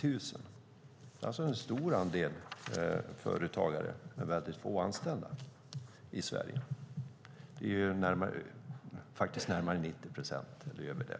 Det är alltså en stor andel företagare med väldigt få anställda i Sverige. Det är faktiskt närmare 90 procent eller mer.